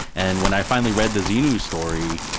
and when i finally read the xenu story,